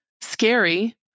scary